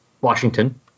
Washington